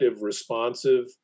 responsive